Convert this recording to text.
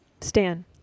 Stan